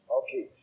okay